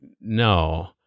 no